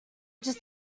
just